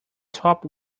top